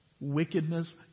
wickedness